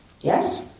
Yes